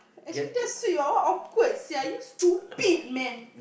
actually that's sweet what what awkward sia you stupid man